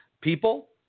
people